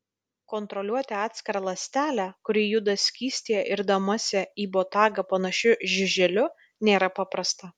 kontroliuoti atskirą ląstelę kuri juda skystyje irdamasi į botagą panašiu žiuželiu nėra paprasta